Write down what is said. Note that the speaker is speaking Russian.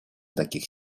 таких